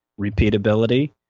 repeatability